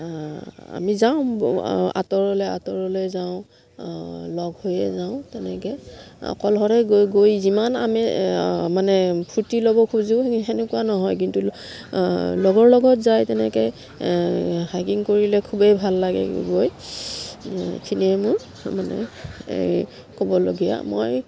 আমি যাওঁ আঁতৰলৈ আঁতৰলৈ যাওঁ লগ হৈয়ে যাওঁ তেনেকৈ অকলশৰে গৈ গৈ যিমান আমি মানে ফূৰ্তি ল'ব খোজোঁ সেনেকুৱা নহয় কিন্তু লগৰ লগত যায় তেনেকৈ হাইকিং কৰিলে খুবেই ভাল লাগে গৈ এইখিনিয়ে মোৰ মানে এই ক'বলগীয়া মই